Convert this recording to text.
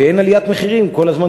ואין עליית מחירים כל הזמן,